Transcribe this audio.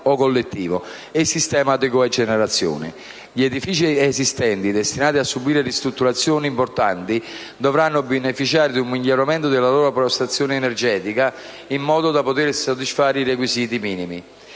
e sistemi di cogenerazione. Gli edifici esistenti, destinati a subire ristrutturazioni importanti, dovranno beneficiare di un miglioramento della loro prestazione energetica, in modo da poter soddisfare i requisiti minimi.